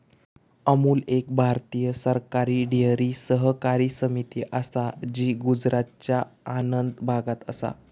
अमूल एक भारतीय सरकारी डेअरी सहकारी समिती असा जी गुजरातच्या आणंद भागात असा